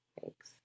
Thanks